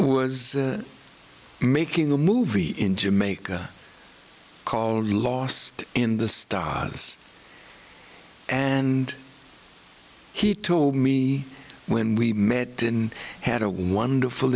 was making a movie in jamaica called lost in the stars and he told me when we met and had a wonderful